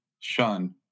shun